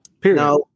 period